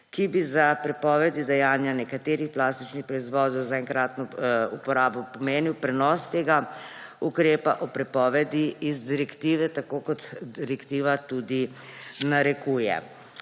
ki bi za prepoved dajanja nekaterih plastičnih proizvodov za enkratno uporabo pomenil prenos tega ukrepa o prepovedi iz direktive, tako kot direktiva tudi narekuje.